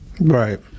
Right